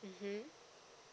mmhmm